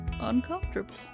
uncomfortable